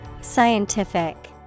Scientific